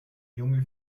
junge